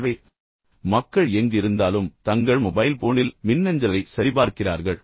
எனவே மக்கள் எங்கு இருந்தாலும் தங்கள் மொபைல் போனில் மின்னஞ்சலை சரிபார்க்கிறார்கள்